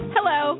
Hello